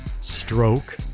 stroke